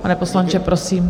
Pane poslanče, prosím.